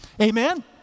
Amen